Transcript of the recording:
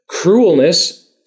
Cruelness